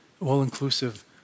all-inclusive